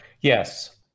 Yes